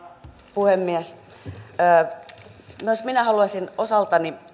puhemies myös minä haluaisin osaltani